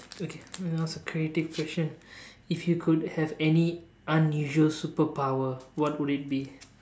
okay now is the creative question if you could have any unusual superpower what would it be